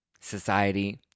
society